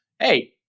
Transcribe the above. hey